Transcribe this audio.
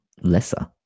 lesser